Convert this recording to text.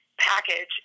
package